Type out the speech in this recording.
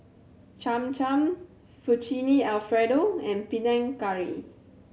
Cham Cham Fettuccine Alfredo and Panang Curry